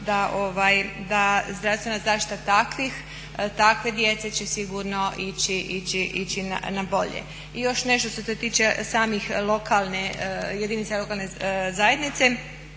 da zdravstvena zaštita takve djece će sigurno ići na bolje. I još nešto, što se tiče samih jedinica lokalne zajednice,